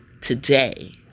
today